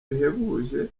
bihebuje